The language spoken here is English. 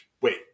Wait